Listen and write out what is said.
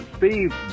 Steve